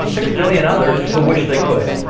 ah six billion others who wish they could.